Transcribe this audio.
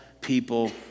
people